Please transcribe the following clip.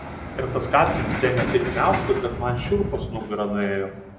ir tas katinas ėmė taip miaukti kad man šiurpas nugara nuėjo